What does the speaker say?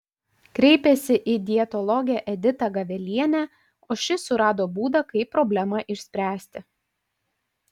kreipėsi į dietologę editą gavelienę o ši surado būdą kaip problemą išspręsti